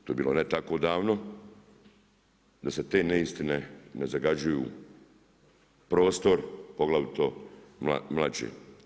To je bilo ne tako davno, da se te neistine ne zagađuju prostor poglavito mlađe.